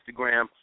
Instagram